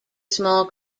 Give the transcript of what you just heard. small